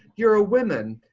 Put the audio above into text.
you're a women.